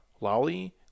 Lolly